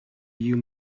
you